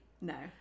no